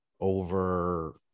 over